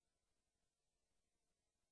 4, 5, 5, 6. ההצעה נופלת.